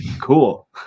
Cool